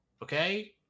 Okay